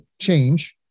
change